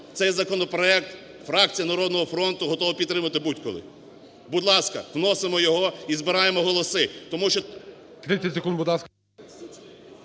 цей законопроект фракція "Народного фронту" готова підтримати будь-коли. Будь ласка, вносимо його і збираємо голоси,